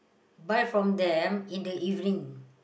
buy from them in the evening